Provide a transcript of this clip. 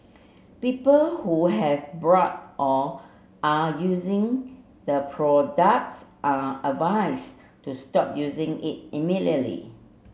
people who have bought or are using the products are advise to stop using it immediately